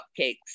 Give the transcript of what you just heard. cupcakes